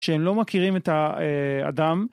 שהם לא מכירים את האדם.